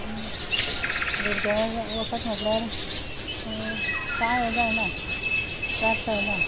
घरचें वखद म्हटल्यार कांय हें जायना त्रास जायना